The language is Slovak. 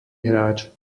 hráč